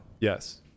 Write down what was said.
Yes